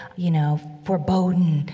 you know, verboten,